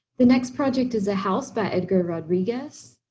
the next project is a house by edgar rodriguez.